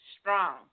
Strong